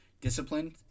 disciplined